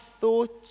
thoughts